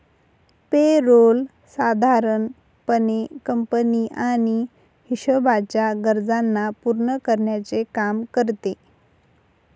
पे role साधारण पणे company आणि हिशोबाच्या गरजांना पूर्ण करण्याचे काम करते